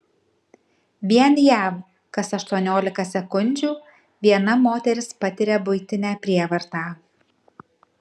vien jav kas aštuoniolika sekundžių viena moteris patiria buitinę prievartą